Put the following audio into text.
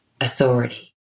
authority